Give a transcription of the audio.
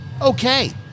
okay